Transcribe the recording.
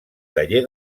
taller